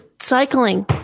Cycling